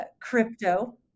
crypto